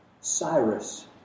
Cyrus